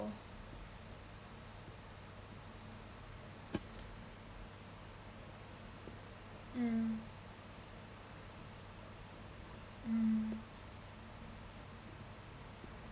mm mm